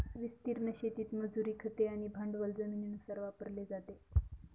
विस्तीर्ण शेतीत मजुरी, खते आणि भांडवल जमिनीनुसार वापरले जाते